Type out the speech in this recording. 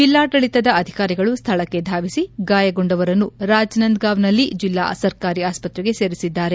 ಜಿಲ್ಲಾಡಳಿತದ ಅಧಿಕಾರಿಗಳು ಸ್ಥಳಕ್ಕೆ ಧಾವಿಸಿ ಗಾಯಗೊಂಡವರನ್ನು ರಾಜನಂದ್ಗಾವ್ನಲ್ಲಿ ಜಿಲ್ಲಾ ಸರ್ಕಾರಿ ಆಸ್ಪತ್ರೆಗೆ ಸೇರಿಸಿದ್ದಾರೆ